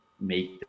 make